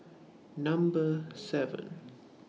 Number seven